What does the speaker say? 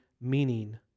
meaning